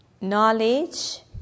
Knowledge